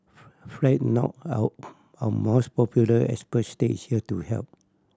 fret not our most popular expert stage here to help